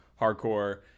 hardcore